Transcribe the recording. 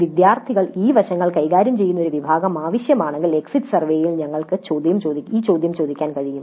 വിദ്യാർത്ഥികൾക്ക് ഈ വശങ്ങൾ കൈകാര്യം ചെയ്യുന്ന ഒരു വിഭാഗം ആവശ്യമാണെങ്കിൽ എക്സിറ്റ് സർവേയിൽ ഞങ്ങൾക്ക് ഈ ചോദ്യം ചോദിക്കാൻ കഴിയും